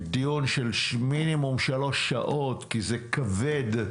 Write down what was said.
דיון של מינימום 3 שעות כי זה יהיה דיון כבד.